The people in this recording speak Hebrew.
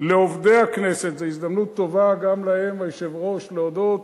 לעובדי הכנסת, זו הזדמנות טובה, היושב-ראש, להודות